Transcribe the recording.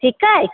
ठीकु आहे